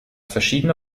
verschiedene